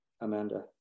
Amanda